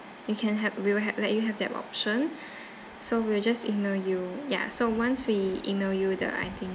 you can help we will help let you have that option so we'll just ignore you ya so once we email you the itinerary